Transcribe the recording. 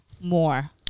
more